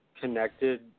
connected